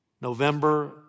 November